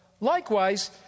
likewise